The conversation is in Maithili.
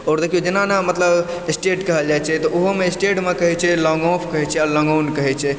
आओर देखियौ जेना ने मतलब एस्टेट कहल जाइ छै तऽ ओहोमे एस्टेटमे कहै छै लॉन्ग ऑफ कहै छै आ लॉन्ग ऑन कहै छै